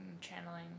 channeling